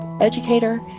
educator